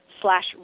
slash